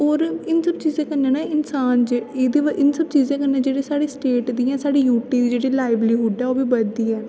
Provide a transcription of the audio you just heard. और इन सब चीजें कन्नै ना इंसान जेहड़ा इन सब चीजें कन्नै जेहड़ी साढ़ी स्टेट दी जियां साढ़ी यूटी जेहड़ी लाइवलीहूड ऐ ओह् बी बधदी ऐ